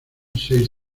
seis